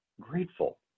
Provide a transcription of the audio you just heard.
grateful